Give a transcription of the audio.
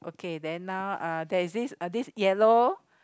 okay then now uh there's this this is yellow